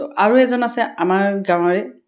তো আৰু এজন আছে আমাৰ গাঁৱৰে